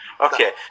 okay